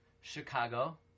Chicago